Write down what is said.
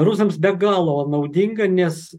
rusams be galo naudinga nes